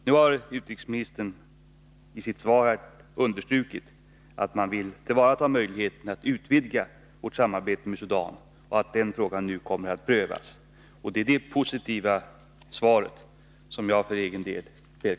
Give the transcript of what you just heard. Nu har utrikesministern i sitt svar understrukit att man vill tillvarata möjligheterna att utvidga vårt samarbete med Sudan. Det positiva svaret välkomnar jag för egen del.